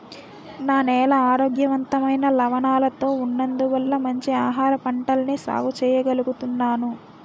నా నేల ఆరోగ్యవంతమైన లవణాలతో ఉన్నందువల్ల మంచి ఆహారపంటల్ని సాగు చెయ్యగలుగుతున్నాను